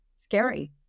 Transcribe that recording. scary